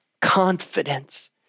confidence